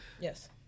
Yes